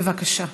בבקשה.